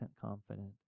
confident